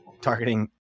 targeting